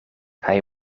hij